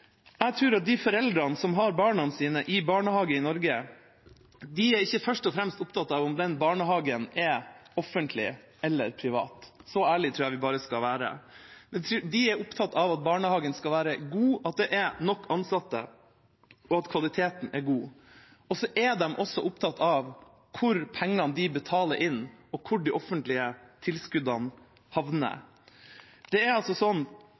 Jeg tror at de foreldrene som har barna sine i barnehage i Norge, ikke først og fremst er opptatt av om den barnehagen er offentlig eller privat. Så ærlige tror jeg vi bare skal være. De er opptatt av at barnehagen skal være god, at det er nok ansatte, og at kvaliteten er god. De er også opptatt av hvor pengene de betaler inn, og de offentlige tilskuddene, havner. Det er